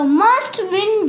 must-win